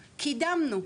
קידמנו,